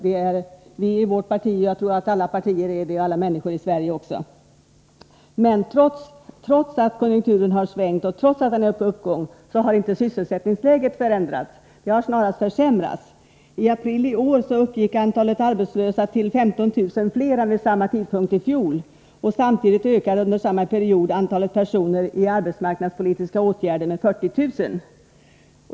Det är vi i vårt parti, och jag tror att alla andra partier och alla människor i Sverige är det också. Men trots att konjunkturen har svängt och är på uppgång har inte sysselsättningsläget förbättrats — det har snarast försämrats. I april i år uppgick antalet arbetslösa till 15 000 fler än vid samma tidpunkt i fjol. Samtidigt ökade under samma period antalet personer i arbetsmarknadspolitiska åtgärder med 40 000.